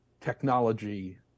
technology